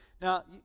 Now